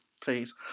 please